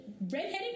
redheaded